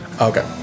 Okay